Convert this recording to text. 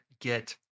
get